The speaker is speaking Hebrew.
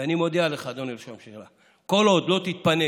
ואני מודיע לך, אדוני ראש הממשלה: כל עוד לא תתפנה